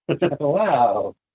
Wow